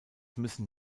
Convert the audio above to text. müssen